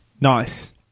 nice